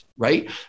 right